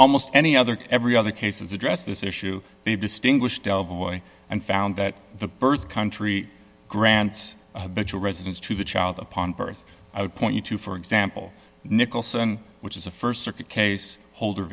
almost any other every other cases address this issue they distinguished del boy and found that the birth country grants bijou residence to the child upon birth i would point you to for example nicholson which is a st circuit case holder